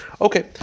Okay